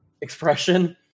expression